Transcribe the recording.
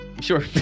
Sure